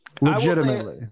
legitimately